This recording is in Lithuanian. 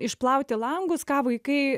išplauti langus ką vaikai